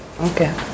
okay